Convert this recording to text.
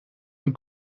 een